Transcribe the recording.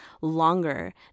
longer